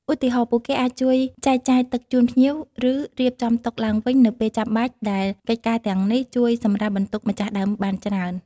ឧទាហរណ៍ ពួកគេអាចជួយចែកចាយទឹកជូនភ្ញៀវ ឬ រៀបចំតុឡើងវិញនៅពេលចាំបាច់ដែលកិច្ចការទាំងនេះជួយសម្រាលបន្ទុកម្ចាស់ដើមបានច្រើន។